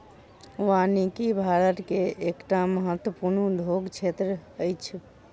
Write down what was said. वानिकी भारत के एकटा महत्वपूर्ण उद्योग क्षेत्र अछि